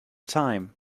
time